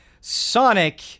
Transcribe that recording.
Sonic